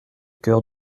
coeur